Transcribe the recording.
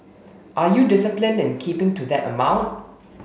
are you disciplined in keeping to that amount